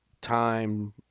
time